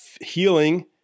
healing